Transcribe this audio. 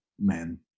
men